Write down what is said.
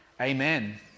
Amen